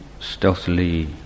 stealthily